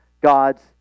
God's